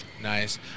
Nice